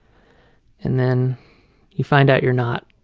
and then you find out you're not.